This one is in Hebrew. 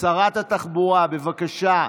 שרת התחבורה, בבקשה.